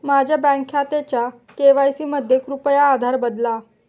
माझ्या बँक खात्याचा के.वाय.सी मध्ये कृपया आधार बदला